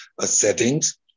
settings